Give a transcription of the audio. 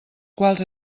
quals